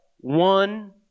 one